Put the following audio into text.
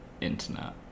internet